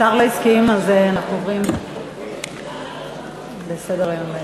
השר לא הסכים, אז אנחנו עוברים לסדר-היום בהמשך,